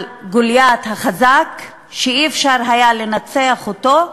על גוליית החזק, שאי-אפשר היה לנצח אותו,